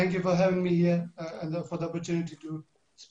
יש הרבה אנשים שרוצים להעביר ולהחיות את